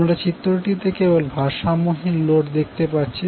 আমরা চিত্রটিতে কেবল ভারসাম্যহীন লোড দেখতে পাচ্ছি